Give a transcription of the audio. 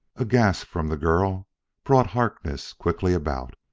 a gasp from the girl brought harkness quickly about.